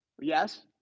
Yes